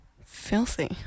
filthy